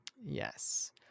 Yes